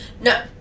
no